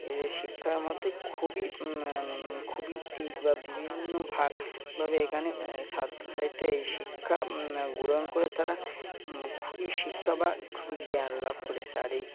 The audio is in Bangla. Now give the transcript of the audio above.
এ শিক্ষার মধ্যে খুবই খুবই দিক বা বিভিন্ন ভাগভাবে এখানে সাহিত্যে এই শিক্ষা গ্রহণ করে তারা খুবই শিক্ষা বা খুবই জ্ঞান লাভ করেছোর এই